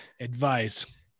advice